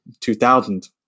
2000